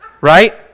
right